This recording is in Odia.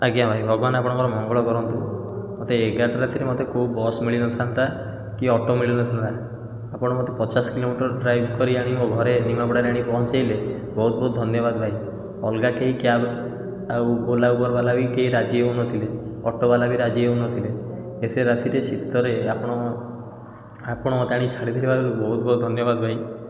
ଆଜ୍ଞା ଭାଇ ଭଗବାନ ଆପଣଙ୍କର ମଙ୍ଗଳ କରନ୍ତୁ ମୋତେ ଏଗାରଟା ରାତିରେ ମୋତେ କେଉଁ ବସ୍ ମିଳିନଥାନ୍ତା କି ଅଟୋ ମିଳିନଥାନ୍ତା ଆପଣ ମୋତେ ପଚାଶ କିଲୋମିଟର ଡ୍ରାଇଭ୍ କରି ଆଣି ମୋ ଘରେ ନିମାପଡ଼ାରେ ଆଣି ପହଞ୍ଚେଇଲେ ବହୁତ ବହୁତ ଧନ୍ୟବାଦ ଭାଇ ଅଲଗା କେହି କ୍ୟାବ୍ ଆଉ ଓଲା ଉବେର ବାଲା ବି କେହି ରାଜି ହେଉନଥିଲେ ଅଟୋବାଲା ବି ରାଜି ହେଉନଥିଲେ ଏତେ ରାତିରେ ଶୀତରେ ଆପଣ ଆପଣ ମୋତେ ଆଣି ଛାଡ଼ିଥିବାରୁ ବହୁତ ବହୁତ ଧନ୍ୟବାଦ ଭାଇ